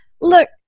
Look